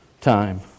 time